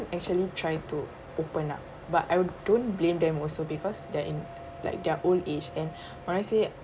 actually try to open up but I don't blame them also because they are in like their old age and honestly